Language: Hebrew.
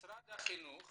משרד החינוך